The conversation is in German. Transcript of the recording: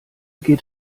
geht